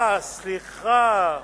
אה, סליחה.